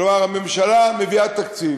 כלומר, הממשלה מביאה תקציב